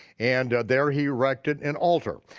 and there he erected an altar.